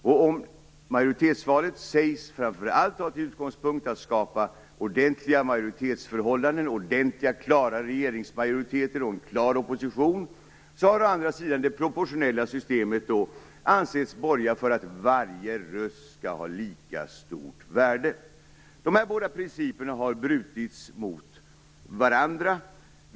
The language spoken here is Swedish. Om majoritetsvalet sägs framför allt ha till utgångspunkt att skapa ordentliga majoritetsförhållanden, klara regeringsmajoriteter och en tydlig opposition, har å andra sidan det proportionella systemet ansetts borga för att varje röst skall ha lika stort värde. Dessa båda principer har brutits mot varandra.